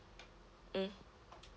mm